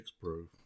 proof